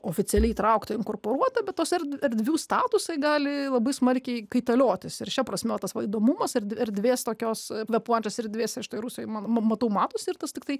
oficialiai įtraukta inkorporuota bet tos erdvių statusai gali labai smarkiai kaitaliotis ir šia prasme tas valdomumas erdvės tokios vėpuojančios erdvės štai rusijoj ma ma matau matosi ir tas tiktai